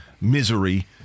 misery